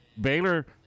Baylor